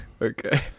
Okay